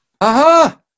Aha